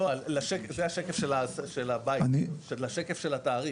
לא, זה השקף של הבית, השקף של התעריף.